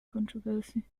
controversy